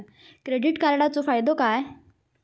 Credit कार्डाचो फायदो काय?